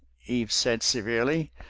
eve said severely.